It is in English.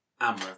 Amra